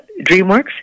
DreamWorks